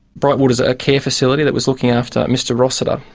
brightwater's ah a care facility that was looking after a mr rossiter,